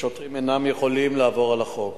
השוטרים אינם יכולים לעבור על החוק.